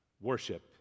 Worship